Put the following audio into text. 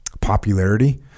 popularity